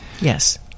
yes